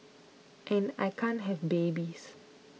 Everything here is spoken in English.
and I can't have babies